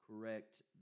correct